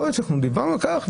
יכול להיות שאנחנו דיברנו כך,